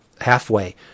halfway